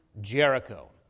Jericho